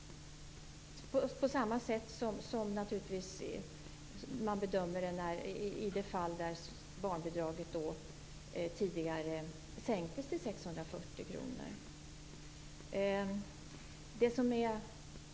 På samma sätt bedömde man det naturligtvis i det fall då barnbidraget tidigare sänktes till 640 kr.